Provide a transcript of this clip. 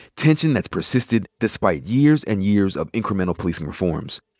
tension that's persisted despite years and years of incremental policing reforms.